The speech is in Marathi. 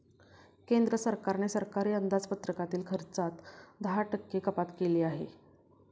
केंद्र सरकारने सरकारी अंदाजपत्रकातील खर्चात दहा टक्के कपात केली आहे